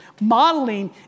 Modeling